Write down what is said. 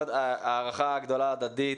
ההערכה היא הדדית.